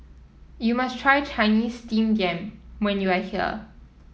you must try Chinese Steamed Yam when you are here